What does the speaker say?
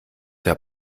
der